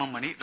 M Mani Dr